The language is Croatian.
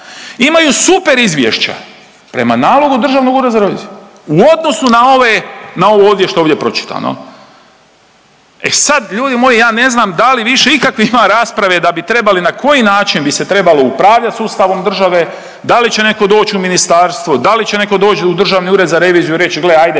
Imaju super izvješća prema nalogu Državnog ureda za reviziju u odnosu na ove, na ovo ovdje što je pročitano. E sad ljudi moji ja ne znam da li više ikakve ima rasprave da bi trebali na koji način bi se trebalo upravljati sustavom države, da li će netko doći u ministarstvo, da li će netko doći u Državni ured za reviziju i reći gle hajde,